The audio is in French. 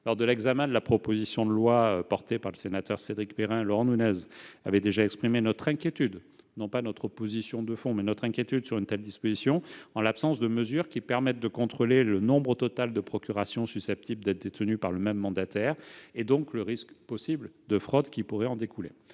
Lors de l'examen de la proposition de loi défendue par le sénateur Cédric Perrin, Laurent Nunez avait déjà exprimé notre inquiétude- non pas notre opposition de fond, mais notre inquiétude -à propos d'une telle disposition, en l'absence de mesure permettant de contrôler le nombre total de procurations susceptibles d'être détenues par un même mandataire, et donc le risque de fraude qui pourrait en découler.